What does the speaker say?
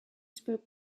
spoke